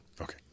Okay